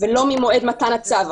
ולא ממועד מתן הצו.